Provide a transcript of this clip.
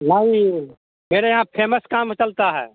नहीं मेरे यहाँ फेमस काम चलता है